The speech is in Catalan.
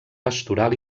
pastoral